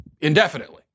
indefinitely